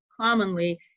commonly